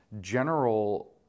general